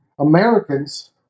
Americans